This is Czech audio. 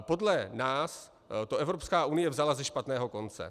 Podle nás to Evropská unie vzala ze špatného konce.